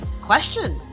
question